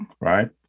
Right